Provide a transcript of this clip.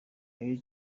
elie